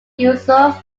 yusuf